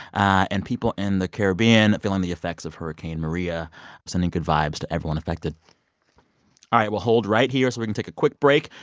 and people in the caribbean feeling the effects of hurricane maria sending good vibes to everyone affected we'll hold right here so we can take a quick break.